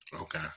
Okay